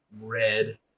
red